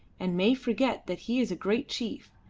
and may forget that he is a great chief,